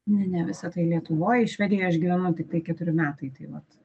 ne ne visa tai lietuvoj švedijoj aš gyvenau tiktai keturi metai tai vat